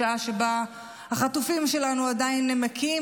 בשעה שבה החטופים שלנו נמקים.